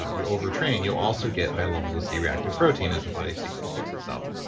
ah you overtrain, you'll also get high levels of c reactive protein as the body seeks to fix itself